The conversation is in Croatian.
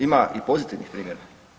Ima i pozitivnih primjera.